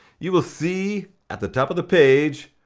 you will see, at the top of the page,